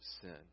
sin